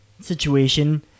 situation